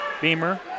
Beamer